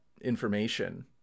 information